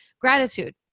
gratitude